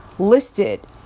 listed